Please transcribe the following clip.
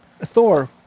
Thor